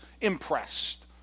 impressed